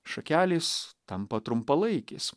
šakelės tampa trumpalaikės